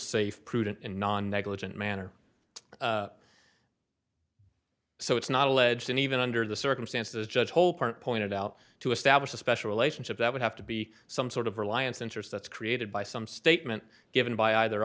safe prudent and non negligent manner so it's not alleged and even under the circumstances judge whole point pointed out to establish a special relationship that would have to be some sort of reliance interest that's created by some statement given by either